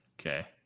Okay